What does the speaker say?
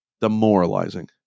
demoralizing